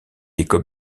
écope